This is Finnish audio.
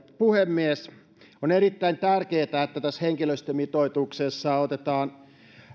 puhemies on erittäin tärkeätä että tässä henkilöstömitoituksessa otetaan